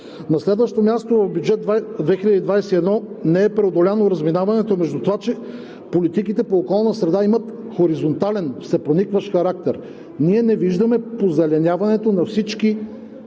На следващо място, в бюджет 2021 не е преодоляно разминаването между това, че политиките по околна среда имат хоризонтален, всепроникващ характер. Ние не виждаме позеленяването на всички